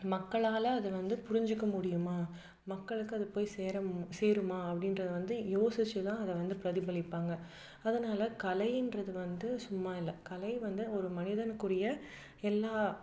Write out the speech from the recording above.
மக்களால் அதை வந்து புரிஞ்சிக்க முடியுமா மக்களுக்கு அது போய் சேர சேருமா அப்படின்றத வந்து யோசித்து தான் அதை வந்து பிரதிபலிப்பாங்க அதனால் கலையின்றது வந்து சும்மா இல்லை கலை வந்து ஒரு மனிதனுக்குரிய எல்லா